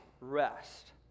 rest